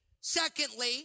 Secondly